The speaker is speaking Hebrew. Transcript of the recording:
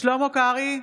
שלמה קרעי,